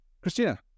Christina